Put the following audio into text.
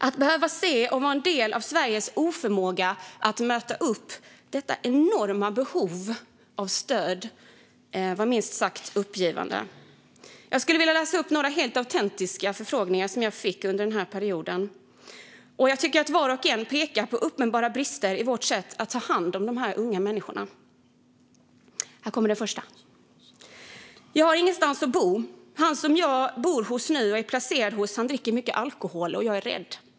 Att behöva se och vara en del av Sveriges oförmåga att möta upp detta enorma behov av stöd gjorde en minst sagt uppgiven. Jag skulle vilja läsa upp några helt autentiska förfrågningar som jag fick under den här perioden, och jag tycker att var och en pekar på uppenbara brister i vårt sätt att ta hand om de här unga människorna. Här kommer den första: Jag har ingenstans att bo. Han som jag bor hos nu och är placerad hos dricker mycket alkohol, och jag är rädd.